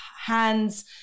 hands